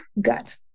gut